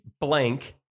blank